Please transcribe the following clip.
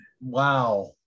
Wow